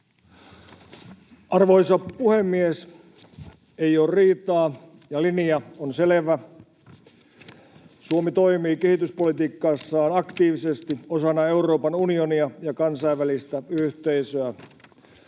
Arvoisa puhemies! Ei ole riitaa, ja linja on selvä. Suomi toimii kehityspolitiikassaan aktiivisesti osana Euroopan unionia ja kansainvälistä yhteisöä.